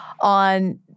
on